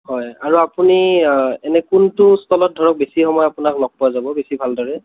হয় আৰু আপুনি এনে কোনটো ষ্টলত ধৰক বেছি সময় আপোনাক লগ পোৱা যাব বেছি ভালদৰে